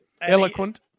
Eloquent